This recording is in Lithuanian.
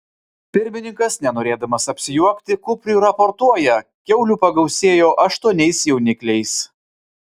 pirmininkas nenorėdamas apsijuokti kupriui raportuoja kiaulių pagausėjo aštuoniais jaunikliais